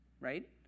right